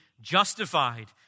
justified